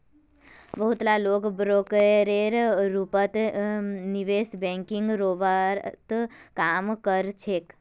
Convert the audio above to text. बहुत ला लोग ब्रोकरेर रूपत निवेश बैंकिंग सेवात काम कर छेक